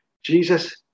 Jesus